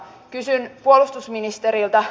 kysyn puolustusministeriltä